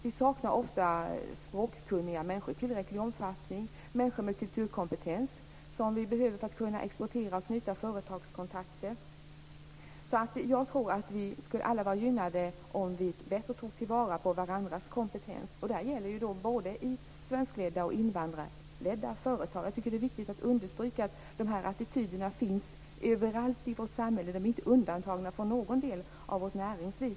Vi saknar ofta språkkunniga människor i tillräcklig omfattning och människor med kulturkompetens som vi behöver för att kunna exportera och knyta företagskontakter. Jag tror att vi alla skulle vara gynnade om vi bättre tog till vara varandras kompetens. Detta gäller i både svenskledda och invandrarledda företag. Det är viktigt att understryka att dessa attityder finns överallt i vårt samhälle. De är inte undantagna från någon del av vårt näringsliv.